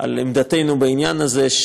על עמדתנו בעניין הזה,